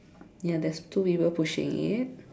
ya there is two people pushing it